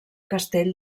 castell